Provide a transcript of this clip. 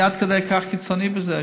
אני עד כדי כך קיצוני בזה,